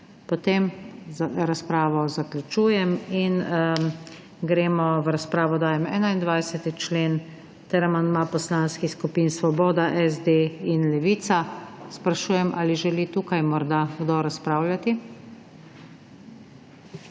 ni, razpravo zaključujem. V razpravo dajem 21. člen ter amandma poslanskih skupin Svoboda, SD in Levica. Sprašujem, ali želi tukaj morda kdo razpravljati.